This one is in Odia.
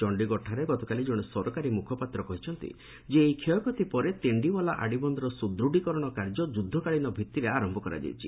ଚଣ୍ଡିଗଡ଼ଠାରେ ଗତକାଲି ଜଣେ ସରକାରୀ ମୁଖପାତ୍ର କହିଛନ୍ତି ଯେ ଏହି କ୍ଷୟକ୍ଷତି ପରେ ତେଣ୍ଡିୱାଲା ଆଡିବନ୍ଧର ସୁଦୃଢ଼ିକରଣ କାର୍ଯ୍ୟ ଯୁଦ୍ଧକାଳୀନ ଭିଭିରେ ଆରମ୍ଭ କରାଯାଇଛି